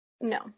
No